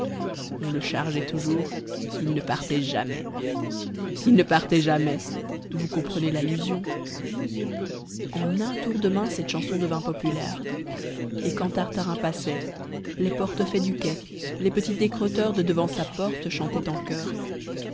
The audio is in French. on le chargeait toujours il ne partait jamais il ne partait jamais vous comprenez l'allusion en un tour de main cette chanson devint populaire et quand tartarin passait les portefaix du quai les petits décrotteurs de devant sa porte chantaient en choeur